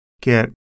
get